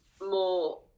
more